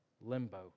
limbo